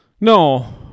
No